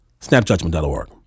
Snapjudgment.org